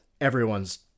everyone's